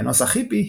בנוסח היפי,